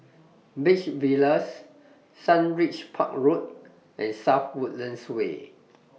Beach Villas Sundridge Park Road and South Woodlands Way